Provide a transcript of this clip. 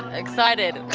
excited.